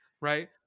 right